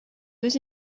deux